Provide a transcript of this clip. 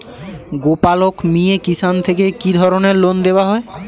গোপালক মিয়ে কিষান থেকে কি ধরনের লোন দেওয়া হয়?